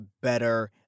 better